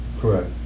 Correct